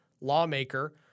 lawmaker